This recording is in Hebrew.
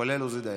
כולל עוזי דיין?